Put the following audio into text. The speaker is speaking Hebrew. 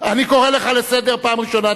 קורא לך לסדר פעם ראשונה.